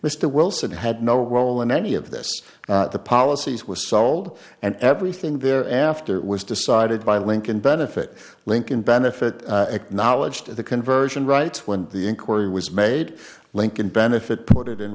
mr wilson had no role in any of this the policies were sold and everything there after it was decided by lincoln benefit lincoln benefit acknowledged at the conversion right when the inquiry was made lincoln benefit put it in